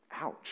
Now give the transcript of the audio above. Ouch